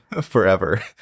forever